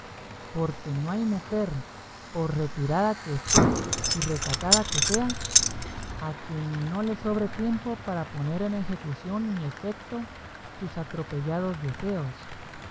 porque no hay mujer por retirada que esté y recatada que sea a quien no le sobre tiempo para poner en ejecución y efecto sus atropellados deseos